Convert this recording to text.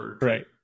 Right